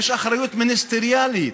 יש אחריות מיניסטריאלית.